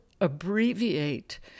abbreviate